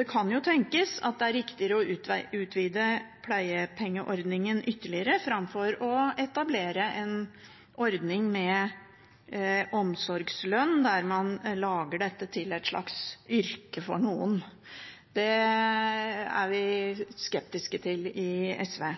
Det kan tenkes at det er riktigere å utvide pleiepengeordningen ytterligere framfor å etablere en ordning med omsorgslønn, der man lager dette til et slags yrke for noen. Det er vi skeptiske til i SV.